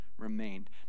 Remained